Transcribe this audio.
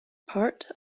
part